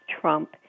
Trump